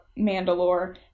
Mandalore